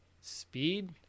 speed